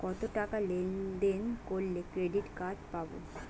কতটাকা লেনদেন করলে ক্রেডিট কার্ড পাব?